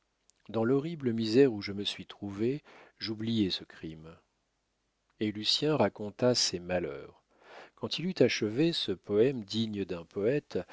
dans l'horrible misère où je me suis trouvé j'oubliais ce crime et lucien raconta ses malheurs quand il eut achevé ce poème digne d'un poète